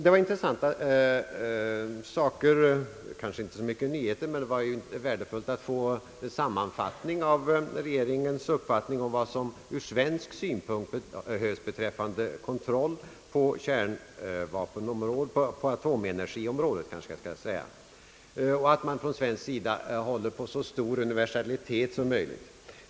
Det var intressanta saker — kanske inte så mycket nyheter, men det var värdefullt att få en sammanfattning av regeringens uppfattning om vad som ur svensk synpunkt behövs beträffande kontroll på atomenergiområdet, och att man på svensk sida håller starkt på universaliteten.